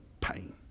pain